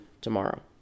tomorrow